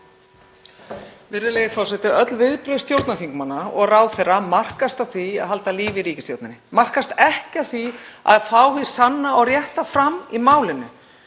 Virðulegi forseti. Öll viðbrögð stjórnarþingmanna og ráðherra markast af því að halda lífi í ríkisstjórninni. Þau markast ekki af því að fá hið sanna og rétta fram í málinu.